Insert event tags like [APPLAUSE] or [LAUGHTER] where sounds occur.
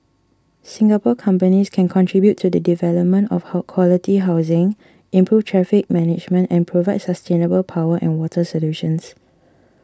Singapore companies can contribute to the development of [NOISE] quality housing improve traffic management and provide sustainable power and water solutions